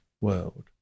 world